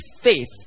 faith